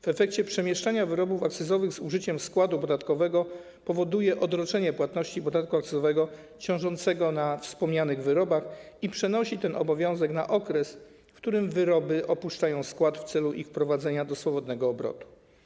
W efekcie przemieszczanie wyrobów akcyzowych z użyciem składu podatkowego powoduje odroczenie płatności podatku akcyzowego ciążącego na wspomnianych wyrobach i przenosi ten obowiązek na okres, w którym wyroby opuszczają skład w celu ich wprowadzenia do swobodnego obrotu.